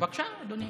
בבקשה, אדוני.